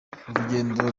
urugendo